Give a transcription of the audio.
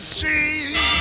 Street